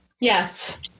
yes